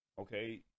okay